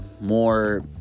more